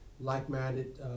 like-minded